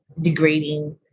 degrading